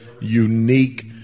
unique